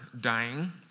dying